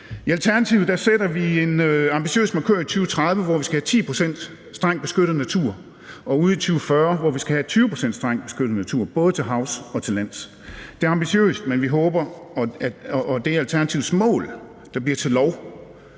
I Alternativet sætter vi en ambitiøs markør i 2030, hvor vi skal have 10 pct. strengt beskyttet natur, og en ude i 2040, hvor vi skal have 20 pct. strengt beskyttet natur, både til havs og til lands. Det er ambitiøst, men vi håber, at det er Alternativets mål, der bliver til lov,